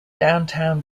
downtown